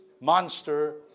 monster